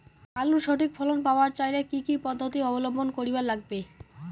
আলুর সঠিক ফলন পাবার চাইলে কি কি পদ্ধতি অবলম্বন করিবার লাগবে?